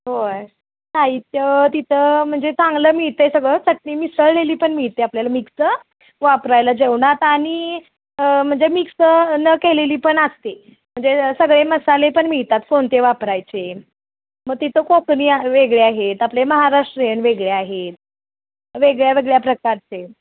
होय साहित्य तिथं म्हणजे चांगलं मिळतं आहे सगळं चटणी मिसळलेली पण मिळते आपल्याला मिक्स वापरायला जेवणात आणि म्हणजे मिक्स न केलेली पण असते म्हणजे सगळे मसाले पण मिळतात कोणते वापरायचे मग तिथं कोकणी आ वेगळे आहेत आपले म्हाराष्ट्रीयन वेगळे आहेत वेगळ्यावेगळ्या प्रकारचे